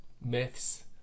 myths